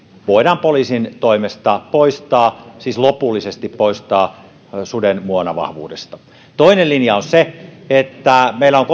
voidaan poliisin toimesta poistaa siis lopullisesti poistaa suden muonavahvuudesta toinen linja on se että meillä on